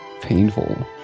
painful